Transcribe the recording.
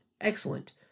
excellent